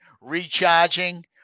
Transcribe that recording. recharging